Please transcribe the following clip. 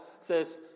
says